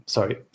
Sorry